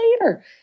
later